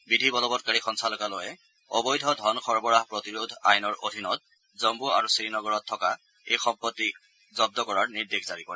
বিধি বলৱৎকাৰী সঞ্চালকালয়ে অবৈধ ধন সৰবৰাহ প্ৰতিৰোধ আইনৰ অধীনত জম্মু আৰু শ্ৰীনগৰত থকা এই সম্পত্তি জব্দ কৰাৰ নিৰ্দেশ জাৰি কৰে